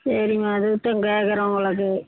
சரிம்மா அதுக்கு தான் கேட்கறேன் உங்களை அது